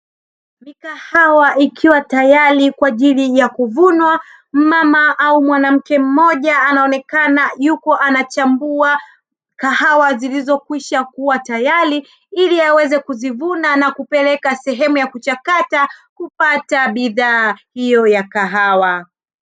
Mikahawa ikiwa tayari kwa ajili ya kuvunwa mama au mwanamke mmoja anaonekana yuko anachambua kahawa zilizokwisha kuwa tayari ili aweze kuzivuna na kupeleka sehemu ya kuchakata kupata bidhaa hiyo ya kahawa.